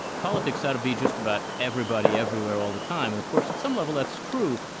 politics are to be just about everybody everywhere all the time. and of course, at some level, that's true.